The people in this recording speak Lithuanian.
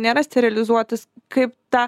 nėra sterilizuotis kaip tą